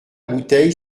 bouteille